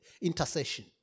intercession